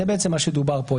זה בעצם מה שדובר פה.